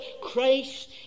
Christ